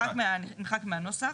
נמחק מהנוסח,